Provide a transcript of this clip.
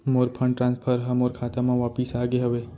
मोर fund transfer हा मोर खाता मा वापिस आ गे हवे